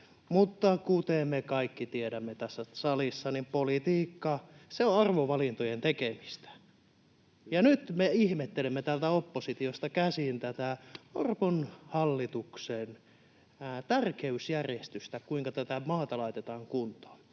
Mutta kuten me kaikki tiedämme tässä salissa, politiikka on arvovalintojen tekemistä, ja nyt me ihmettelemme täältä oppositiosta käsin Orpon hallituksen tärkeysjärjestystä, kuinka tätä maata laitetaan kuntoon.